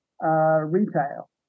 retail